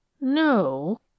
No